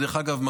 דרך אגב,